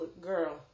Girl